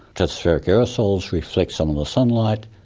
stratospheric aerosols reflect sort of the sunlight,